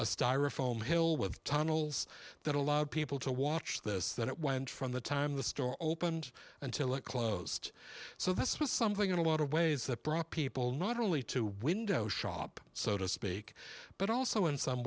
a styrofoam hill with tunnels that allowed people to watch this that it went from the time the store opened until it closed so this was something that a lot of ways that brought people not only to window shop so to speak but also in some